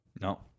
No